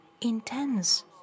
intense